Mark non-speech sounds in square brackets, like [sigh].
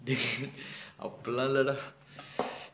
[laughs] அப்புலா இல்லடா:appulaa illadaa [noise]